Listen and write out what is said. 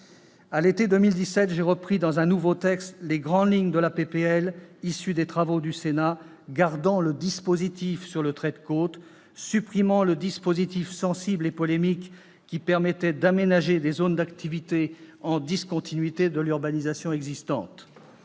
À l'été 2017, j'ai repris dans un nouveau texte les grandes lignes de la proposition de loi telle qu'elle résultait des travaux du Sénat, gardant le dispositif relatif au trait de côte, supprimant le dispositif, sensible et polémique, qui permettait d'aménager des zones d'activités en discontinuité de l'urbanisation existante.